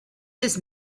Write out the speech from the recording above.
his